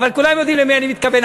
אבל כולם יודעים למי אני מתכוון.